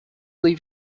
leave